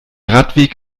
radweg